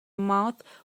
mouth